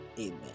Amen